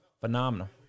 phenomenal